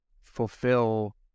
fulfill